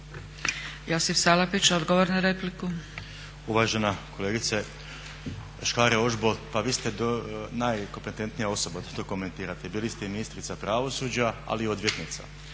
**Salapić, Josip (HDSSB)** Uvažena kolegice Škare-Ožbolt, pa vi ste najkompetentnija osoba da to komentirate. Bili ste i ministrica pravosuđa, ali i odvjetnica.